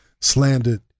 slandered